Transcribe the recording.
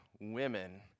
women